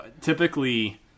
Typically